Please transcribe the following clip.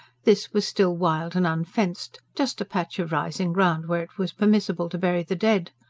this was still wild and unfenced just a patch of rising ground where it was permissible to bury the dead.